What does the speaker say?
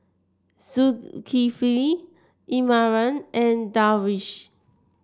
Zulkifli Imran and Darwish